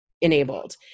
enabled